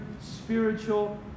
spiritual